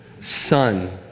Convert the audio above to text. son